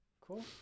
Cool